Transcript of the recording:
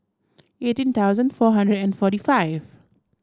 eighteen thousand four hundred and forty five